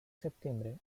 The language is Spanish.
septiembre